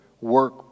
work